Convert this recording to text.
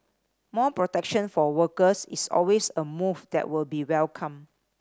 more protection for workers is always a move that will be welcomed